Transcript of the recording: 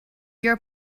your